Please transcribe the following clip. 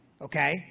okay